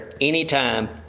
anytime